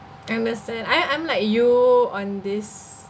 I understand I I'm like you on this